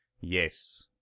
Yes